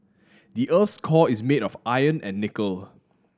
the earth's core is made of iron and nickel